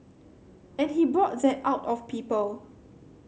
and he brought that out of people